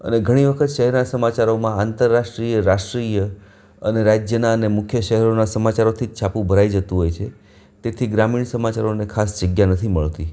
અને ઘણી વખત શહેરના સમાચારોમાં આંતરરાષ્ટ્રીય રાષ્ટ્રીય અને રાજ્યના અને મુખ્ય શહેરોના સમાચારોથી જ છાપું ભરાઈ જતું હોય છે તેથી ગ્રામીણ સમચારોને ખાસ જગ્યા નથી મળતી